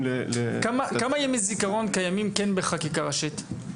--- כמה ימי זיכרון קיימים כן בחקיקה ראשית?